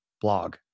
blog